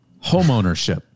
Homeownership